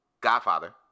godfather